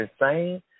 insane